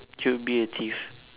you'd be a thief